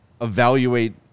evaluate